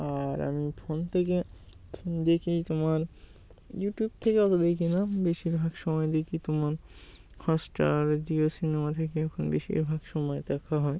আর আমি ফোন থেকে দেখি তোমার ইউটিউব থেকে অত দেখি না বেশিরভাগ সময় দেখি তোমার হটস্টার জিও সিনেমা থেকে এখন বেশিরভাগ সময় দেখা হয়